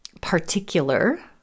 particular